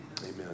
Amen